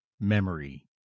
memory